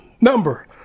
number